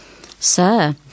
Sir